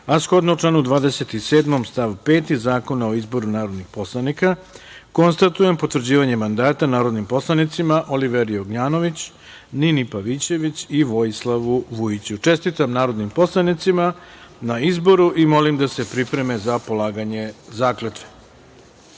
a shodno članu 27. stav 5. Zakona o izboru narodnih poslanika, konstatujem potvrđivanje mandata narodnim poslanicima Oliveri Ognjanović, Nini Pavićević i Vojislavu Vujiću. Čestitam narodnim poslanicima na izboru i molim da se pripreme za polaganje